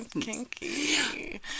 Kinky